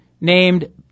named